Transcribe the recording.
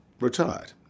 retired